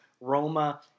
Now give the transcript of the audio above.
Roma